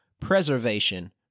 preservation